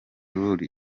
rule